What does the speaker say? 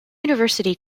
university